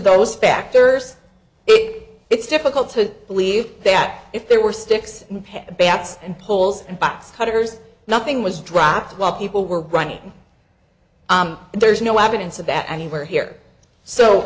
those factors it it's difficult to believe that if there were sticks bats and poles and box cutters nothing was dropped while people were running and there's no evidence of that anywhere here so